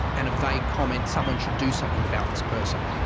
and a vague comment, someone should do something about this person.